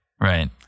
Right